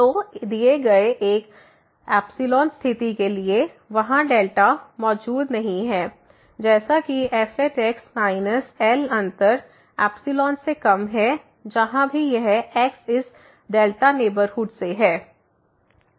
तो एक दिए गए स्थिति के लिए वहाँ मौजूद नहीं है जैसे कि f माइनस L अंतर से कम है जहाँ भी यह x इस से है